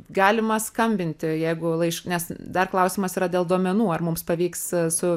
galima skambinti jeigu laiš nes dar klausimas yra dėl duomenų ar mums pavyks su